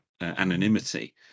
anonymity